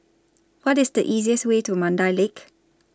What IS The easiest Way to Mandai Lake